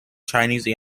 chinese